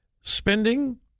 Spending